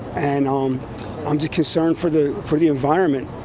and um i'm just concerned for the for the environment,